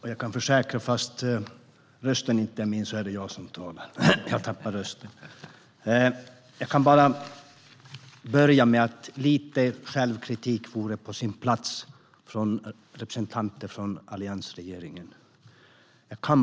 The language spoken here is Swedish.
Herr talman! Lite självkritik vore på sin plats hos representanter för alliansregeringen.